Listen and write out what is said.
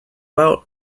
out